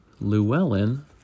llewellyn